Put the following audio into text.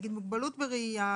למשל: מוגבלות בראייה,